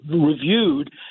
reviewed